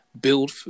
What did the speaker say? build